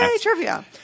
trivia